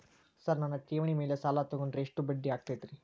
Sir ನನ್ನ ಠೇವಣಿ ಮೇಲೆ ಸಾಲ ತಗೊಂಡ್ರೆ ಎಷ್ಟು ಬಡ್ಡಿ ಆಗತೈತ್ರಿ?